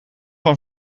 van